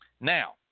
Now